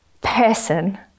person